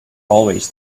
always